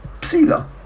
psila